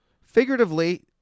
Figuratively